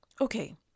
okay